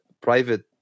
private